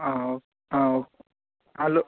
आं ओक आं ओके हालो